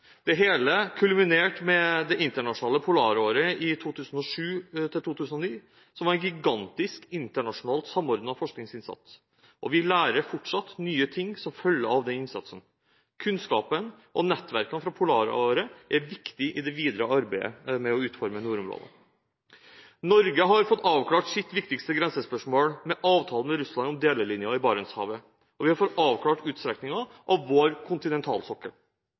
Det hele kulminerte med det internasjonale polaråret i 2007–2009, som var en gigantisk internasjonalt samordnet forskningsinnsats. Vi lærer fortsatt nye ting som følge av den innsatsen. Kunnskapen og nettverkene fra polaråret er viktige i det videre arbeidet med å utforme nordområdene. Norge har fått avklart sitt viktigste grensespørsmål med avtalen med Russland om delelinjen i Barentshavet, og vi har fått avklart utstrekningen av vår kontinentalsokkel.